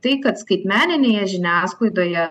tai kad skaitmeninėje žiniasklaidoje